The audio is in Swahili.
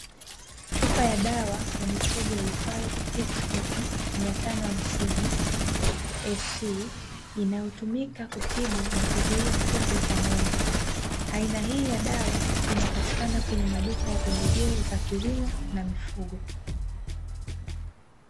Chupa ya dawa ya mifugo iitwayo "TICKSTOP 550 SC", inayo tumika kutibu na kuzuia kupe kwa ng'ombe. Aina hii ya dawa, inapatikana kwenye maduka ya pembejeo za kilimo na mifugo.